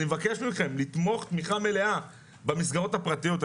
אני מבקש מכם לתמוך תמיכה מלאה במסגרות הפרטיות.